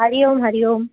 Hari Om Hari Om